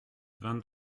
vingt